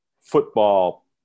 football